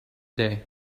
day